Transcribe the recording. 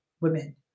women